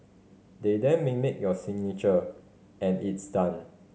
they then mimic your signature and it's done